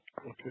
okay